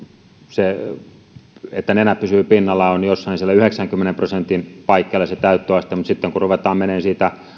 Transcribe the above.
se täyttöaste että nenä pysyy pinnalla on jossain siellä yhdeksänkymmenen prosentin paikkeilla mutta sitten kun ruvetaan menemään siitä